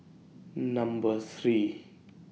Number three